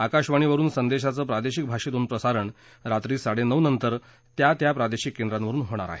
आकाशवाणीवरुन संदेशाचं प्रादेशिक भाषेतून प्रसारण रात्री साडेनऊ नंतर त्या त्या प्रादेशिक केंद्रावरुन होईल